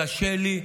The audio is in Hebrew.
קשה לי,